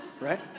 right